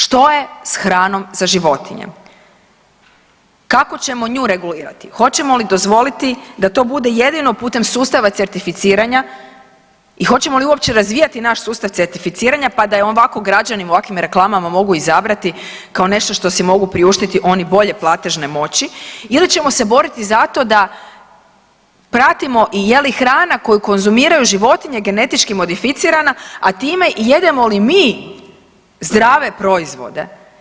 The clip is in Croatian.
Što je s hranom za životinje, kako ćemo nju regulirati, hoćemo li dozvoliti da to bude jedino putem sustava certificiranja i hoćemo li uopće razvijati naš sustav certificiranja, pa da je on … [[Govornik se ne razumije]] u ovakvim reklama mogu izabrati kao nešto što si mogu priuštiti oni bolje platežne moći ili ćemo se boriti za to da pratimo i je li hrana koju konzumiraju životinje genetički modificirana, a time i jedemo li mi zdrave proizvode.